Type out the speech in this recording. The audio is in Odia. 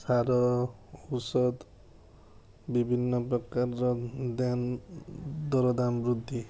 ସାର ଔଷଧ ବିଭିନ୍ନ ପ୍ରକାରର ଦେନ୍ ଦରଦାମ ବୃଦ୍ଧି